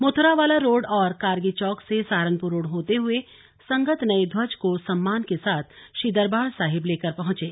Motharowala road और कारगी चौक से Saharanpur road होते हुए संगत नए ध्वज को सम्मान के साथ श्री दरबार साहिब लेकर पहुंचे